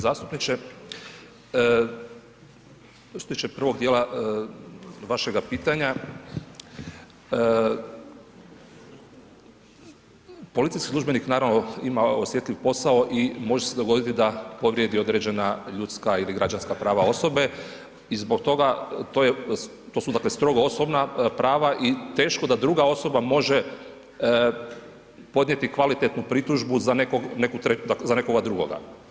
Zastupniče, što se tiče prvog dijela vašega pitanja, policijski službenik, naravno ima osjetljiv posao i može se dogoditi da povrijedi određena ljudska ili građanska prava osobe i zbog toga, to su strogo osobna prava i teško da druga osoba može podnijeti kvalitetnu pritužbu za nekoga drugoga.